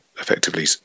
effectively